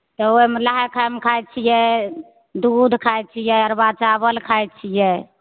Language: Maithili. त ओहिमे नहाय खायमे खाय छियै दूध खाय छियै अरबा चाबल खाय छियै